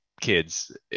kids